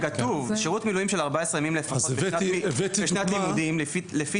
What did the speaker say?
--- כתוב: שרות מילואים של 14 ימים לפחות --- לשנת לימודים לפי